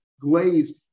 glazed